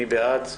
מי בעד?